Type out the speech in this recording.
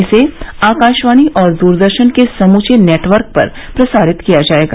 इसे आकाशवाणी और द्रदर्शन के समूचे नेटवर्क पर प्रसारित किया जाएगा